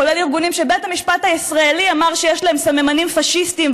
כולל ארגונים שבית המשפט הישראלי אמר שיש להם סממנים פשיסטיים,